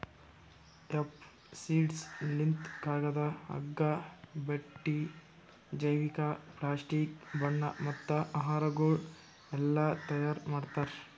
hemp seeds ಲಿಂತ್ ಕಾಗದ, ಹಗ್ಗ, ಬಟ್ಟಿ, ಜೈವಿಕ, ಪ್ಲಾಸ್ಟಿಕ್, ಬಣ್ಣ ಮತ್ತ ಆಹಾರಗೊಳ್ ಎಲ್ಲಾ ತೈಯಾರ್ ಮಾಡ್ತಾರ್